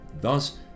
Thus